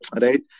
right